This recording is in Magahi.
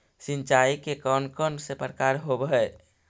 सिंचाई के कौन कौन से प्रकार होब्है?